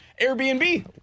Airbnb